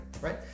right